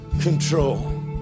control